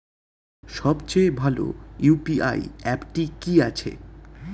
সবচেয়ে ভালো ইউ.পি.আই অ্যাপটি কি আছে?